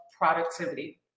productivity